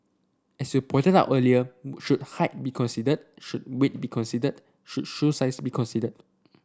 as you pointed out earlier should height be considered should weight be considered should shoe size be considered